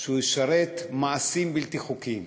שהוא ישרת מעשים בלתי חוקיים.